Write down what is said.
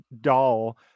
doll